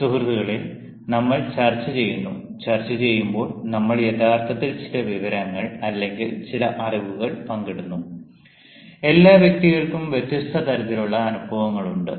സുഹൃത്തുക്കളേ നമ്മൾ ചർച്ചചെയ്യുന്നു ചർച്ച ചെയ്യുമ്പോൾ നമ്മൾ യഥാർത്ഥത്തിൽ ചില വിവരങ്ങൾ അല്ലെങ്കിൽ ചില അറിവുകൾ പങ്കിടുന്നു എല്ലാ വ്യക്തികൾക്കും വ്യത്യസ്ത തരത്തിലുള്ള അനുഭവങ്ങളുണ്ട്